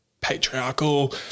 patriarchal